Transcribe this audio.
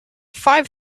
five